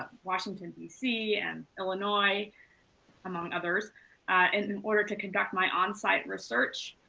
washington, d c. and illinois among others and in order to conduct my on site research,